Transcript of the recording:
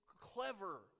clever